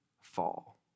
fall